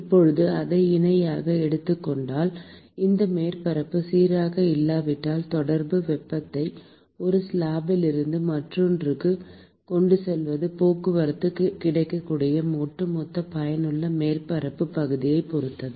இப்போது அதை இணையாக எடுத்துக் கொண்டால் இந்த மேற்பரப்பு சீராக இல்லாவிட்டால் தொடர்பு வெப்பத்தை ஒரு ஸ்லாப்பில் இருந்து மற்றொன்றுக்கு கொண்டு செல்வது போக்குவரத்துக்கு கிடைக்கக்கூடிய ஒட்டுமொத்த பயனுள்ள மேற்பரப்புப் பகுதியைப் பொறுத்தது